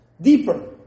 Deeper